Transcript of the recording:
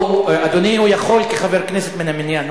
אדוני, הוא יכול, כחבר כנסת מן המניין.